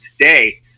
today